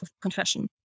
confession